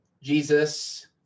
Jesus